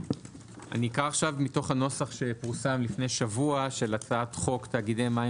אקרא מתוך הנוסח שפורסם לפני שבוע של הצעת חוק תאגידי מים